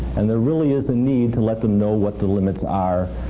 and there really is a need to let them know what the limits are,